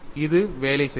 இது வேலை செய்தது